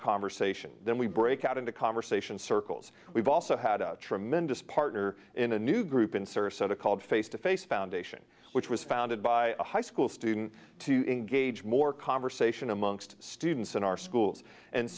conversation then we break out conversation circles we've also had a tremendous partner in a new group in search of so called face to face foundation which was founded by a high school student to engage more conversation amongst students in our schools and